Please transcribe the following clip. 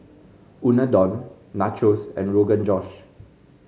Unadon Nachos and Rogan Josh